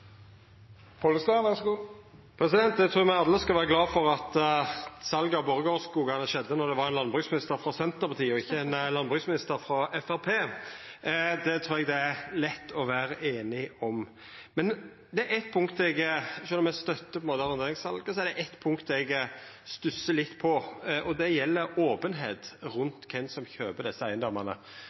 at salet av Borregaard-skogane skjedde då det var ein landbruksminister frå Senterpartiet og ikkje ein landbruksminister frå Framstegspartiet. Det trur eg det er lett å vera einige om. Sjølv om eg støttar arronderingssalet, er det eitt punkt eg stussar litt over, og det gjeld openheit rundt kven som kjøper desse eigedomane.